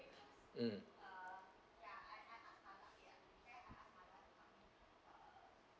mm